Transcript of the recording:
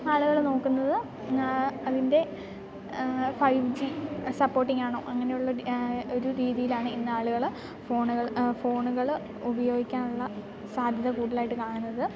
ആളുകൾ നോക്കുന്നത് അതിൻ്റെ ഫൈവ് ജി സപ്പോർട്ടിങ്ങാണോ അങ്ങനെയുള്ളൊരു ഒരു രീതിയിലാണ് ഇന്നാളുകൾ ഫോണുകൾ ഫോണുകൾ ഉപയോഗിക്കാനുള്ള സാധ്യത കൂടുതലായിട്ട് കാണുന്നത്